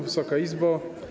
Wysoka Izbo!